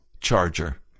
charger